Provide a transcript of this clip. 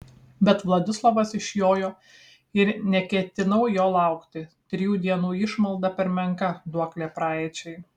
bet vladislovas išjojo ir neketinau jo laukti trijų dienų išmalda per menka duoklė praeičiai